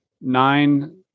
nine